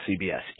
CBS